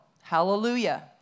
hallelujah